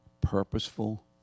purposeful